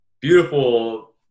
beautiful